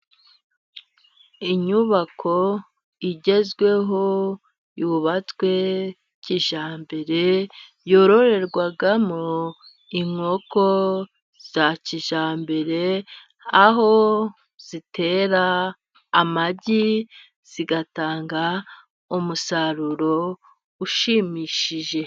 Inyubako igezweho yubatswe kijyambere, yororerwamo inkoko za kijyambere aho zitera amagi ,zigatanga umusaruro ushimishije.